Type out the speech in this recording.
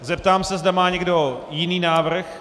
Zeptám se, zda má někdo jiný návrh.